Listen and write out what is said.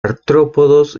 artrópodos